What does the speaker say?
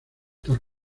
tal